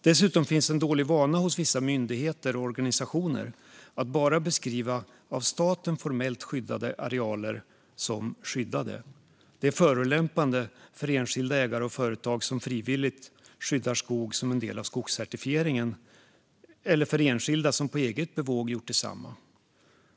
Dessutom finns en dålig vana hos vissa myndigheter och organisationer att bara beskriva den av staten formellt skyddade arealen som skyddad. Detta är förolämpande för enskilda ägare och företag som frivilligt skyddar skog som en del av skogscertifieringen och för enskilda som på eget bevåg gjort detsamma.